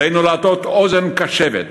עלינו להטות אוזן קשבת